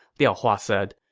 liao hua said.